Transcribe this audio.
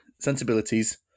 sensibilities